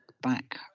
back